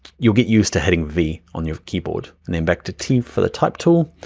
you'll get used to hitting v on your keyboard. and then back to t for the type tool.